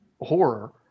horror